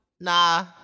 Nah